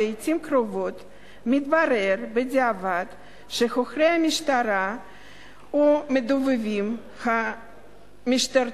לעתים קרובות מתברר בדיעבד שחוקרי המשטרה או מדובבים משטרתיים